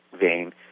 vein